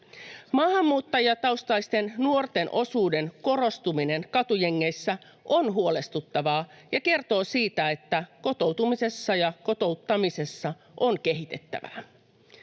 Maahanmuuttajataustaisten nuorten osuuden korostuminen katujengeissä on huolestuttavaa ja kertoo siitä, että kotoutumisessa ja kotouttamisessa on kehitettävää.